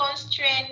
constraint